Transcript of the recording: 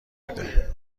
میده